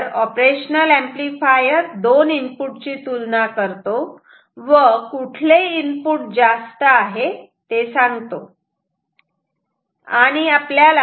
operational amplifier दोन input ची तुलना करतो व कुठले इनपुट जास्त आहे ते सांगतो